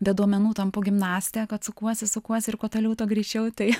be duomenų tampu gimnaste kad sukuosi sukuosi ir kuo toliau tuo greičiau tai